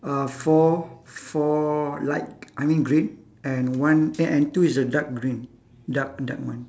uh four four light I mean green and one eh and two is a dark green dark dark one